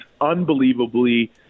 unbelievably